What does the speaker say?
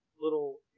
little